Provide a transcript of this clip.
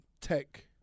tech